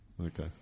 Okay